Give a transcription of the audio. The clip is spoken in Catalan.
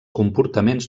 comportaments